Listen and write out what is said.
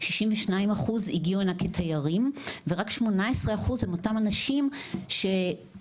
62 אחוז הגיעו הנה כתיירים ורק 18 אחוז הם אותם אנשים שחלקם,